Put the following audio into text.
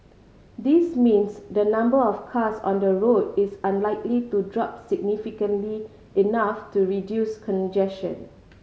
this means the number of cars on the road is unlikely to drop significantly enough to reduce congestion